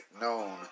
known